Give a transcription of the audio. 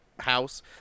house